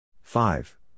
Five